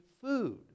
food